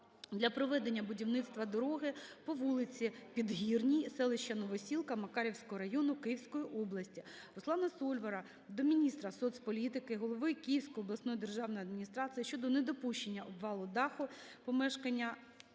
для проведення будівництва дороги по вулиці Підгірній селища Новосілки Макарівського району Київської області. Руслана Сольвара до міністра соцполітики, голови Київської обласної державної адміністрації щодо недопущення обвалу даху помешкання